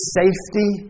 safety